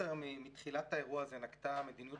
ישראייר מתחילת האירוע הזה נקטה מדיניות